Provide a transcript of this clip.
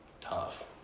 tough